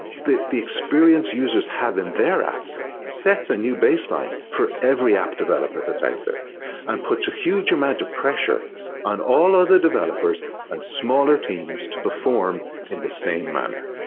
the the experience users have in their app sets a new baseline for every app developer that's out there and puts a huge amount of pressure on all other developers and smaller teams to perform in the same manner.